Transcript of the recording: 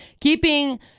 keeping